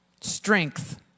Strength